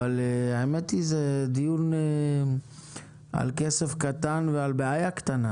אבל האמת היא שזה דיון על כסף קטם ועל בעיה קטנה.